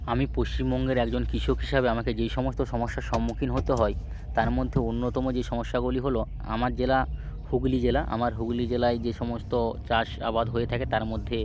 আমি পশ্চিমবঙ্গের একজন কৃষক হিসাবে আমাকে যেই সমস্ত সমস্যার সম্মুখীন হতে হয় তার মধ্যে অন্যতম যে সমস্যাগুলি হলো আমার জেলা হুগলি জেলা আমার হুগলি জেলায় যে সমস্ত চাষ আবাদ হয়ে থাকে তার মধ্যে